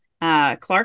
Clark